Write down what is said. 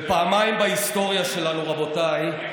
ופעמיים בהיסטוריה שלנו, רבותיי,